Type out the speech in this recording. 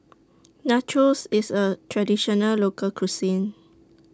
Nachos IS A Traditional Local Cuisine